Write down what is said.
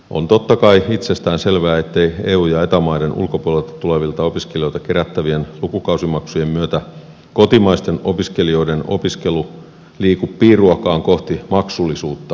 on totta kai itsestään selvää ettei eu ja eta maiden ulkopuolelta tulevilta opiskelijoilta kerättävien lukukausimaksujen myötä kotimaisten opiskelijoiden opiskelu liiku piiruakaan kohti maksullisuutta